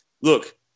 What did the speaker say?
look